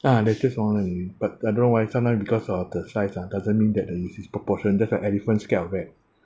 ah but I don't know why sometimes because of the size ah doesn't mean that the is proportion just like elephant scared of rat